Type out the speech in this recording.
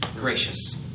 gracious